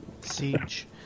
Siege